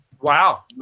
Wow